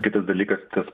kitas dalykas tas